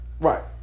right